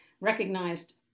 recognized